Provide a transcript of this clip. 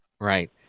Right